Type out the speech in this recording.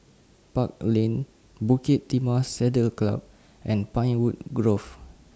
Park Lane Bukit Timah Saddle Club and Pinewood Grove